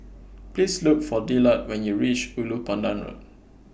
Please Look For Dillard when YOU REACH Ulu Pandan Road